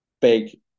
big